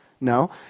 No